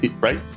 Right